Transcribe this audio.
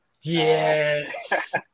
Yes